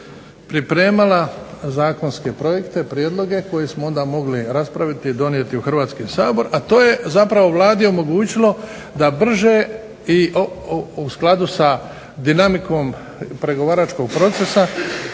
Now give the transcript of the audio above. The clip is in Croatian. pripremala zakonske projekte, prijedloge koje smo onda mogli raspraviti i donijeti u Hrvatski sabor, a to je zapravo Vladi omogućilo da brže i u skladu sa dinamikom pregovaračkog procesa